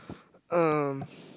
um